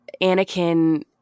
Anakin –